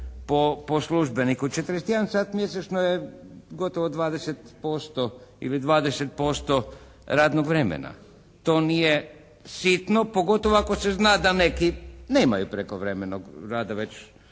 po službeniku. 41 sat mjesečno je gotovo 20% ili 20% radnog vremena. To nije sitno pogotovo ako se zna da neki nemaju prekovremenog rada već